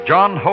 John